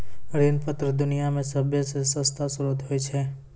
ऋण पत्र दुनिया मे सभ्भे से सस्ता श्रोत होय छै